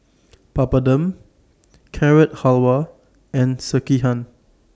Papadum Carrot Halwa and Sekihan